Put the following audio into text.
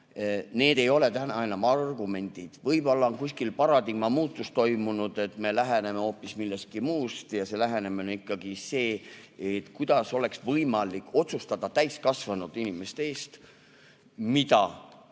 Need ei ole täna enam argumendid. Võib-olla on kuskil paradigma muutus toimunud, et me lähtume hoopis millestki muust ja see lähenemine on ikkagi see, kuidas oleks võimalik otsustada täiskasvanud inimeste eest, mida ja